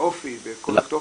באופי וכל התוכן,